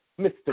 Mr